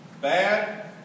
Bad